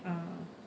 ah